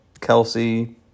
Kelsey